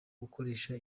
gukoresha